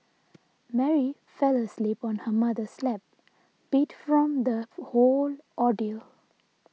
Mary fell asleep on her mother's lap beat from the whole ordeal